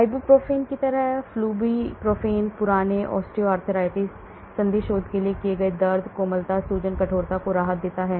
ibuprofen की तरह flurbiprofen पुराने ऑस्टियोआर्थराइटिस संधिशोथ के लिए दिए गए दर्द कोमलता सूजन कठोरता को राहत देता है